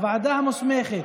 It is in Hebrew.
הוועדה המוסמכת